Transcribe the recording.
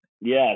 Yes